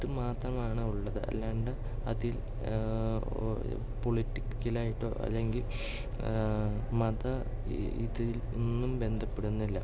അതുമാത്രമാണുള്ളത് അല്ലാണ്ട് അതിൽ പൊളിറ്റിക്കലായിട്ടോ അല്ലെങ്കിൽ മത ഇത് ഒന്നും ബന്ധപെടുന്നില്ല